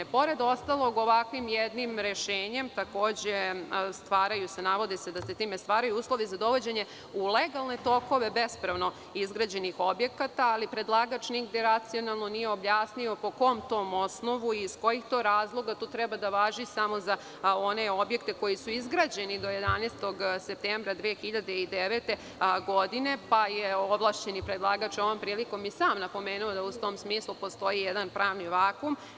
Pored ostalog, ovakvim jednim rešenjem takođe se navodi da se time stvaraju uslovi za dovođenje u legalne tokove bespravno izgrađenih objekata, ali predlagač nigde racionalno nije objasnio po kom to osnovu i iz kojih to razloga totreba da važi samo za one objekte koji su izgrađeni do 11. septembra 2009. godine, pa je ovlašćeni predlagač ovom prilikom i sam napomenuo da u tom smislu postoji jedan pravni vakum.